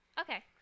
Okay